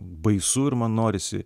baisu ir man norisi